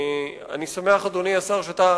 אני שמח, אדוני השר, שאתה,